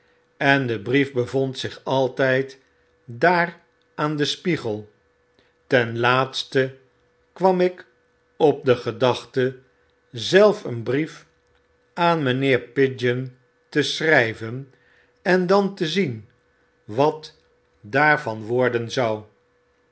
en de brief bevond zich altyd daar aan den spiegel ten laatste kwam ik op de gedachte zelf een brief aan mynheer pigeon tescnryven en dan te zien wat daarvan worden zou